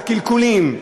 הקלקולים,